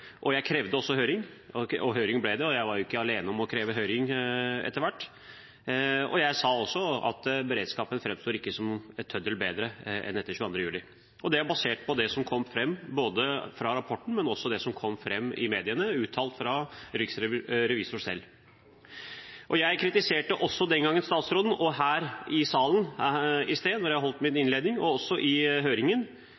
dårlig. Jeg krevde også høring, og høring ble det. Og jeg var ikke alene om å kreve høring etter hvert. Jeg sa også at beredskapen ikke framstår som en tøddel bedre etter 22. juli. Det var basert på både det som kom fram i rapporten, og det som kom fram i mediene, uttalt av riksrevisoren selv. Jeg kritiserte også den gangen statsråden. Og jeg kritiserte statsråden her i salen i sted, da jeg holdt min innledning, og også i høringen,